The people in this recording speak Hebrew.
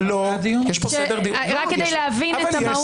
אפשר שאלה רק כדי להבין את המהות?